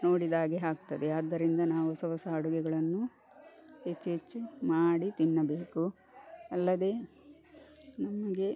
ನೋಡಿದಾಗೆ ಆಗ್ತದೆ ಆದ್ದರಿಂದ ನಾವು ಹೊಸ ಹೊಸಾ ಅಡುಗೆಗಳನ್ನು ಹೆಚ್ಚು ಹೆಚ್ಚು ಮಾಡಿ ತಿನ್ನಬೇಕು ಅಲ್ಲದೆ ನಮಗೆ